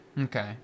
Okay